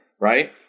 Right